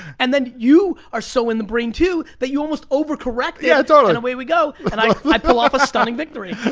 and then you are so in the brain, too, that you almost over-corrected, yeah ah and away we go. and i i pull off a stunning victory.